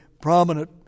prominent